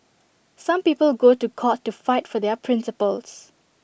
some people go to court to fight for their principles